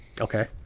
okay